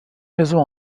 maisons